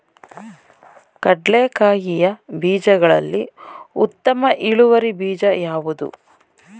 ಕಡ್ಲೆಕಾಯಿಯ ಬೀಜಗಳಲ್ಲಿ ಉತ್ತಮ ಇಳುವರಿ ಬೀಜ ಯಾವುದು?